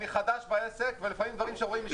אני חדש בעסק ולפעמים דברים שרואים משם